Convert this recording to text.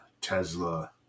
Tesla